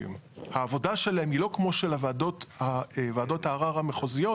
העבודה שלהן היא לא כמו העבודה של וועדות הערר המחוזיות,